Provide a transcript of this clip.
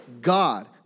God